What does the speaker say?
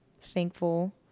thankful